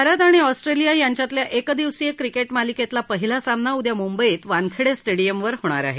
भारत आणि ऑस्ट्रेलिया यांच्यातल्या एकदिवसीय क्रिकेट मालिकेतला पहिला सामना उद्या मुंबईत वानखेडे स्टेडिअमवर होणार आहे